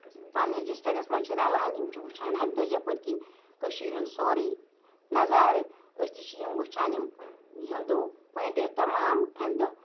پَننِس ڈِسٹرکَس مَنٛز چھِ رِلان یِم چھِ وٕچھان یَپٲرۍ کِنۍ کٔشیٖرِ ہُنٛد سورُے نَظارٕ أسۍ تہِ چھِ یِم وٕچھان یِم ہِنٛدوٗ پنٛڈِت تَمام امہِ دۄہ